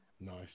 Nice